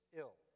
ill